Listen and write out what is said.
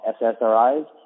SSRIs